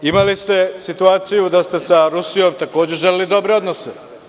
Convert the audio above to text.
Imali ste situaciju da ste sa Rusijom želeli dobre odnose.